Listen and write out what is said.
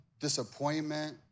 disappointment